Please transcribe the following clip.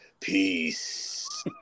peace